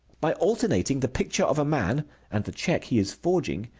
by alternating the picture of a man and the check he is forging,